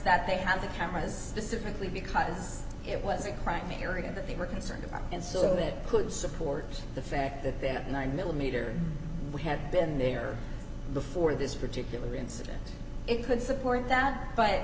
that they have the cameras pacifically because it was a crime area that they were concerned about and so it could support the fact that they have nine millimeter would have been there before this particular incident it could support that but